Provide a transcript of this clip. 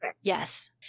Yes